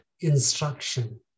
instruction